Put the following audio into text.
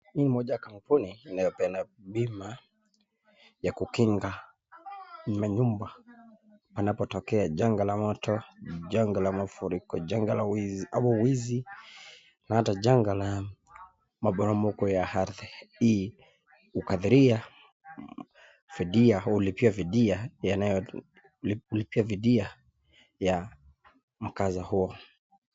Hii ni moja ya kampuni inayopeana bima ya kukinga manyumba anapotokea janga la moto, janga la mafuriko, janga la wizi au wizi na hata janga la maporomoko ya ardhi hii ukadhiria fidia au ulipia vidia yanayolipia vidia ya mkaza huo.